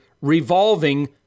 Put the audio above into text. revolving